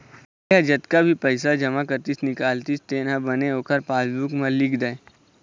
मनखे ह जतका भी पइसा जमा करतिस, निकालतिस तेन ह बने ओखर पासबूक म लिख दय